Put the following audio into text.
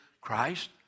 Christ